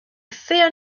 fear